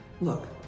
Look